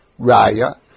Raya